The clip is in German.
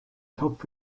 topf